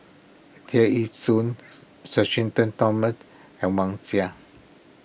Tear Ee Soon Sir Shenton Thomas and Wang Sha